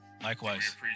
Likewise